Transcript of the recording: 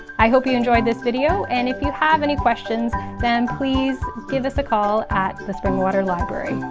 i hope you enjoyed this video and if you have any questions then please give us a call at the springwater library.